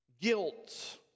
guilt